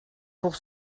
pour